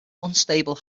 unstable